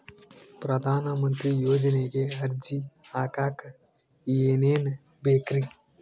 ಪ್ರಧಾನಮಂತ್ರಿ ಯೋಜನೆಗೆ ಅರ್ಜಿ ಹಾಕಕ್ ಏನೇನ್ ಬೇಕ್ರಿ?